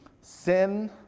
sin